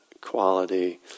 quality